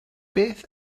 beth